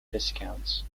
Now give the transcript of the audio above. discounts